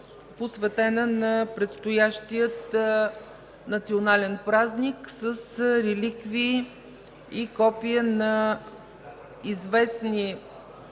посветена на предстоящия национален празник с реликви и копия на известни